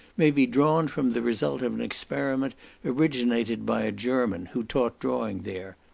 may be drawn from the result of an experiment originated by a german, who taught drawing there.